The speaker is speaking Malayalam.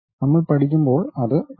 നമ്മൾ പഠിക്കുമ്പോൾ അത് കാണും